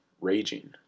raging